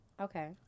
Okay